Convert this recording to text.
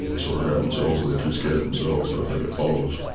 sort of it themselves or they're too scared themselves. so if they get followers,